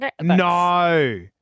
No